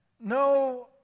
no